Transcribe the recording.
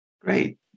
Great